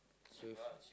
shoes